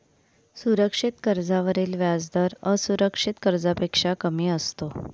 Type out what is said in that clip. सुरक्षित कर्जावरील व्याजदर असुरक्षित कर्जापेक्षा कमी असतो